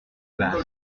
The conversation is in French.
basse